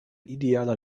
idealer